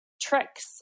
tricks